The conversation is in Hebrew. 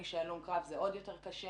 מי שהלום קרב, זה עוד יותר קשה.